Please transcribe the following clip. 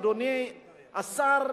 אדוני השר,